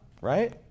right